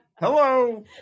Hello